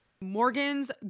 morgan's